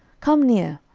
come near,